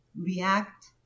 react